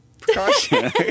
precaution